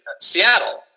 seattle